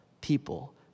people